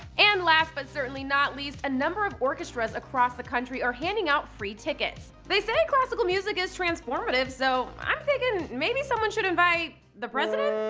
and last, but certainly not least, a number of orchestras across the country are handing out free tickets. they say classical music is transformative, so i'm thinking maybe someone should invite the president?